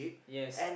yes